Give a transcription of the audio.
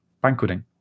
banqueting